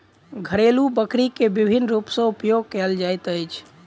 घरेलु बकरी के विभिन्न रूप सॅ उपयोग कयल जाइत अछि